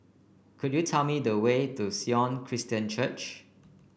could you tell me the way to Sion Christian Church